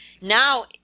Now